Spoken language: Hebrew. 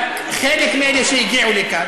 רק חלק מאלה שהגיעו לכאן.